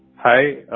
hi.